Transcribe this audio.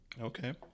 Okay